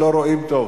שלא רואים טוב.